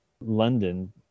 London